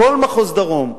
בכל מחוז דרום,